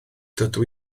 dydw